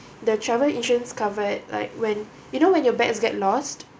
the travel insurance covered like when you know when your bags get lost